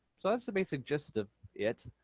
so that's the basic gist of it.